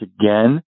again